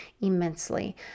immensely